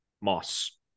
Moss